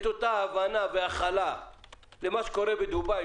את אותה הבנה והכלה למה שקורה בדובאי